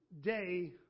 day